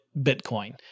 Bitcoin